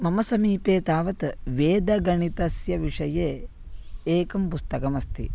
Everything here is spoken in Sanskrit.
मम समीपे तावत् वेदगणितस्य विषये एकं पुस्तकमस्ति